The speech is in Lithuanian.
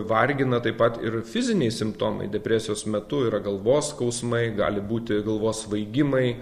vargina taip pat ir fiziniai simptomai depresijos metu yra galvos skausmai gali būti galvos svaigimai